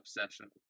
obsession